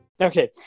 Okay